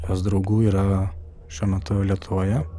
jos draugų yra šiuo metu lietuvoje